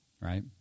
Right